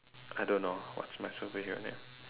I don't know what's my superhero name